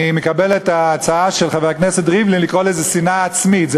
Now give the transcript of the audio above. אני מקבל את ההצעה של חבר הכנסת ריבלין לקרוא לזה שנאה עצמית.